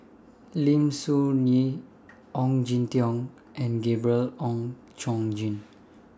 Lim Soo Ngee Ong Jin Teong and Gabriel Oon Chong Jin